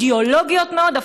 אידיאולוגיות מאוד,